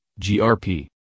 GRP